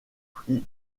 prix